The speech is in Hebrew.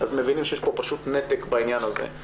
אז מבינים שיש פה פשוט נתק בעניין הזה.